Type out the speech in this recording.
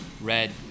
red